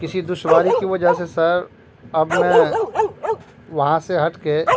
کسی دشواری کی وجہ سے سر اب میں وہاں سے ہٹ کے